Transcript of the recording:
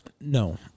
No